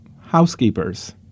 housekeepers